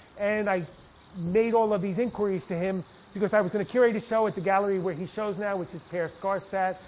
and i made all of these inquiries to him because i was in a curate a show at the gallery where he shows now, which is paris karstadt,